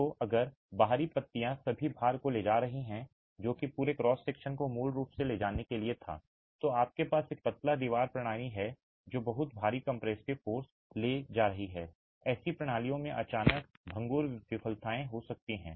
तो अगर बाहरी पत्तियां सभी भार को ले जा रही हैं जो कि पूरे क्रॉस सेक्शन को मूल रूप से ले जाने के लिए था तो आपके पास एक पतला दीवार प्रणाली है जो बहुत भारी कंप्रेसिव फोर्स ले जा रही है ऐसी प्रणालियों में अचानक भंगुर विफलताएं हो सकती हैं